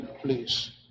please